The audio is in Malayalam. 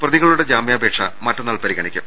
പ്രതികളുടെ ജാമ്യാപേക്ഷ മറ്റന്നാൾ പരിഗണിക്കും